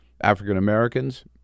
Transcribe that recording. African-Americans